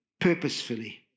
purposefully